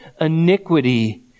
iniquity